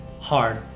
hard